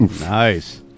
Nice